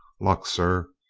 luck, sir.